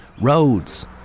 roads